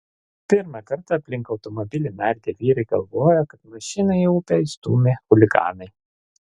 pirmą kartą aplink automobilį nardę vyrai galvojo kad mašiną į upę įstūmė chuliganai